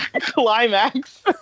climax